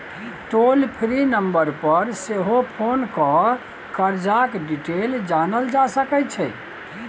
टोल free number पर सेहो phone कए करजाक डिटेल जानल जा सकै छै